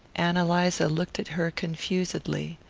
ann eliza looked at her confusedly.